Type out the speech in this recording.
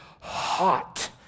hot